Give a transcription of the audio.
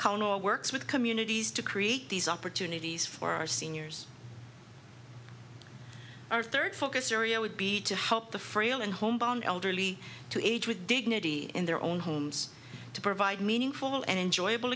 or works with communities to create these opportunities for our seniors our third focus area would be to help the frail and homebound elderly to age with dignity in their own homes to provide meaningful and enjoyable